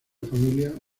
familia